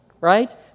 right